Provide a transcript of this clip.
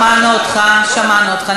שמענו אותך, שמענו אותך.